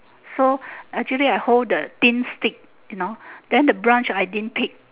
so actually I hold the thin stick you know then the branch I didn't pick